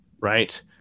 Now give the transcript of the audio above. right